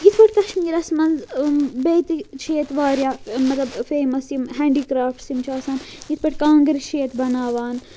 یِتھ پٲٹھۍ کَشمیٖرَس منٛز بیٚیہِ تہِ چھِ ییٚتہِ واریاہ مطلب فیمَس یِم ہینٛڈی کرٛافٹٕس یِم چھِ آسان یِتھ پٲٹھۍ کانٛگٕر چھِ ییٚتہِ بَناوان